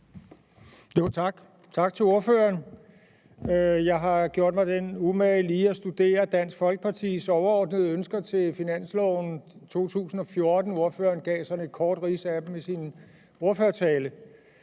tak til ordføreren. Jeg har gjort mig den umage lige at studere Dansk Folkepartis overordnede ønsker til finansloven 2014. Ordføreren gav sådan et kort rids af dem i sin ordførertale.